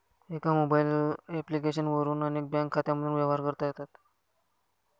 एका mobile application वरून अनेक बँक खात्यांमधून व्यवहार करता येतात